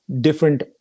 different